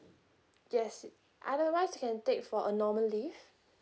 yes otherwise can take for a normal leave